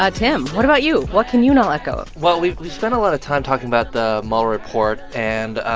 ah tim, what about you? what can you not let go of? well, we've we've spent a lot of time talking about the mueller report. and,